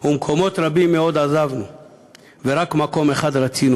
ומקומות רבים מאוד עזבנו / ורק מקום אחד רצינו